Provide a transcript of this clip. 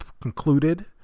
concluded